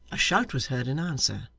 a shout was heard in answer,